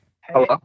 Hello